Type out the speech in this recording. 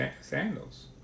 sandals